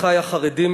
אחי החרדים,